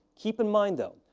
keep in mind, though,